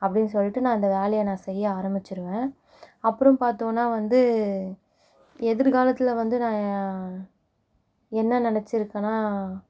அப்பாடின் சொல்லிட்டு நான் இந்த வேலைய நான் செய்ய ஆரம்மிச்சிருவேன் அப்புறம் பார்த்தோன்னா வந்து எதிர்காலத்தில் வந்து நான் என்ன நினச்சிருக்கனா